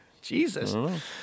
Jesus